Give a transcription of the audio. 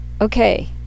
Okay